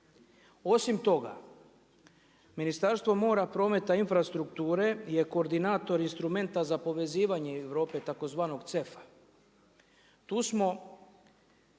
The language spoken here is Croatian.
Osim toga, Ministarstvo mora, prometa i infrastrukture je koordinator instrumenta za povezivanje Europe, tzv. CEF-a. Tu smo,